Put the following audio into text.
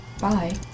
Bye